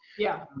yeah,